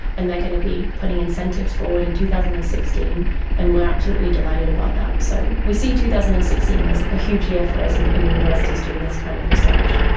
and they're going to be putting incentives forward in two thousand and sixteen and we are absolutely delighted about that. so we see two thousand and sixteen as a huge year for us in in universities doing this kind of research.